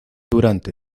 durante